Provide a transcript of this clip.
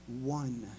one